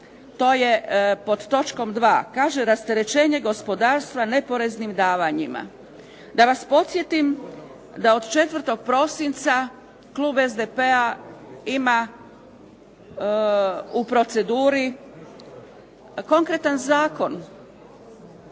To je pod točkom 2. Kaže rasterećenje gospodarstva neporeznim davanjima. Da vas podsjetim da od 4. prosinca klub SDP-a ima u proceduri konkretan zakon